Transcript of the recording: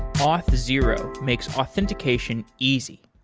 um ah zero makes authentication easy.